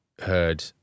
heard